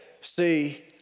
see